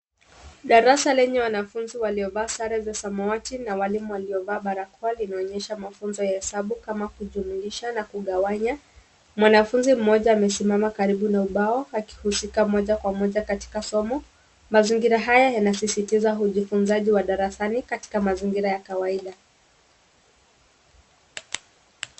Darasa lenye wanafunzi waliovalia sare za samawati na walimu waliovaa barakoa linaonyesha mafunzo ya hesabu kama kujumuisha na kugawanya. Wanafunzi mmoja amesimama karibu na ubao akihusika moja kwa moja katika somo. mazingira haya yanasisitiza ujifunzaji wa darasa katika mazingira ya kawaida.